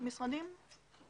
מה